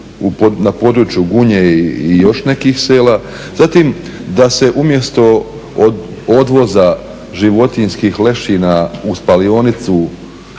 na području Gunje i još nekih sela, zatim da se umjesto odvoza životinjskih lešina u spalionicu